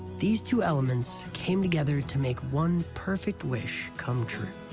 these two elements came together to make one perfect wish come true.